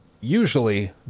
usually